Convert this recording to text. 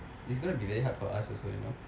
it's gonna be very hard for us also you know